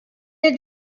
did